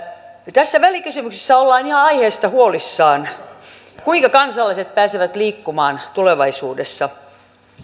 tässä välikysymyksessä ollaan ihan aiheesta huolissaan kuinka kansalaiset pääsevät liikkumaan tulevaisuudessa